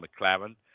McLaren